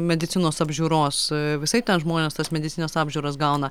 medicinos apžiūros visaip ten žmonės tas medicinines apžiūras gauna